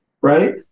right